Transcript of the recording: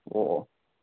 ꯑꯣ ꯑꯣ